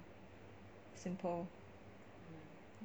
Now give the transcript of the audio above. simple